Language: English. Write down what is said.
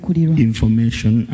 information